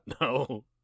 No